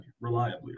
reliably